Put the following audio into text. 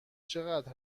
چقدر